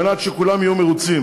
על מנת שכולם יהיו מרוצים.